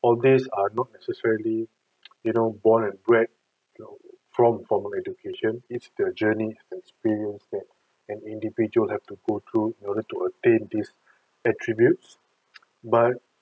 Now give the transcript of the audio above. all these are not necessarily you know born and bred from formal education it's the journey and experience that an individual have to go through in order to attain these attributes but